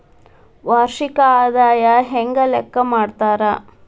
ವಾರ್ಷಿಕ ಆದಾಯನ ಹೆಂಗ ಲೆಕ್ಕಾ ಮಾಡ್ತಾರಾ?